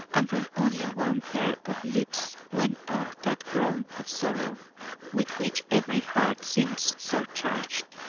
and from only one pair of lips went up that groan of sorrow with which every heart seemed surcharged.